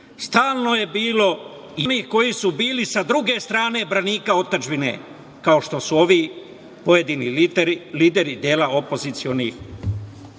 stalno je bilo i onih koji su bili sa druge strane branika otadžbine, kao što su ovi pojedini lideri dela opozicionih